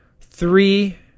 three